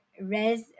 res